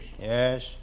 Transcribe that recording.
Yes